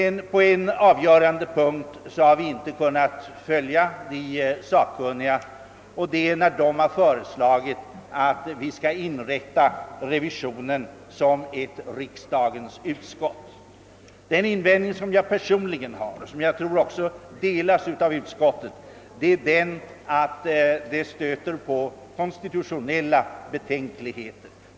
På en avgörande punkt har vi inte kunnat följa sakkunniga, nämligen beträffande deras förslag att revisionen skall inrättas som ett riksdagens utskott. Den invändning jag personligen har, och som troligen delas av utskottet, är att detta möter konstitutionella betänkligheter.